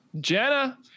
Jenna